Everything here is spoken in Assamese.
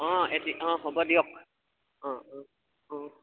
অঁ এদিন অঁ হ'ব দিয়ক অঁ অঁ অঁ